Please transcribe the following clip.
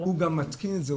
הוא גם מתקין את זה,